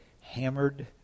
hammered